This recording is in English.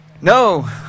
No